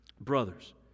brothers